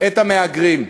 את המהגרים.